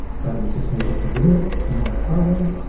but we just made this agreement. it's not my problem.